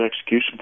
execution